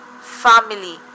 family